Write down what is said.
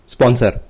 Sponsor